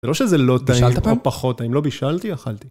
זה לא שזה לא די או פחות, אם לא בישלתי, אכלתי.